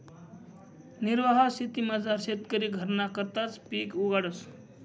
निर्वाह शेतीमझार शेतकरी घरना करताच पिक उगाडस